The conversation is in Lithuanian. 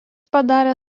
padarė